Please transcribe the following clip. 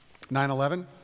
9-11